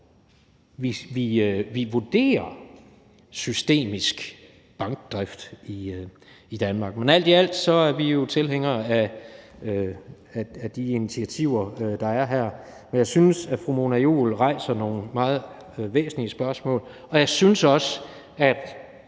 vi vurderer systematisk bankdrift i Danmark. Men alt i alt er vi tilhængere af de initiativer, der er her. Jeg synes, at fru Mona Juul rejser nogle meget væsentlige spørgsmål, og jeg synes også, at